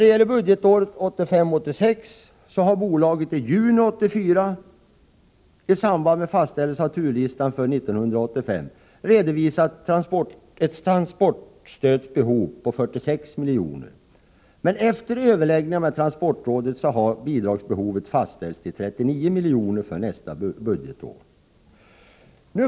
Beträffande budgetåret 1985/86 har bolaget i juni 1984 i samband med fastställande av turlistan för 1985 redovisat ett transportstödsbehov på 46 milj.kr. Men efter överläggningar med transportrådet har bidragsbehovet fastställts till 39 milj... Nr 113 kr. för nästa budgetår.